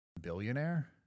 billionaire